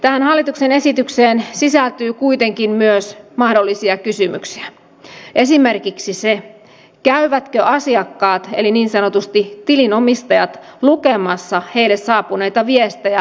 tähän hallituksen esitykseen sisältyy kuitenkin myös mahdollisia kysymyksiä esimerkiksi se käyvätkö asiakkaat eli niin sanotusti tilin omistajat lukemassa heille saapuneita viestejä asiointijärjestelmästä